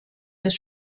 des